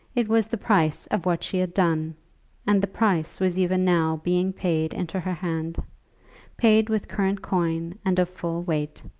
it was the price of what she had done and the price was even now being paid into her hand paid with current coin and of full weight.